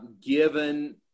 given